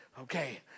okay